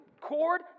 cord